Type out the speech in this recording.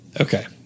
Okay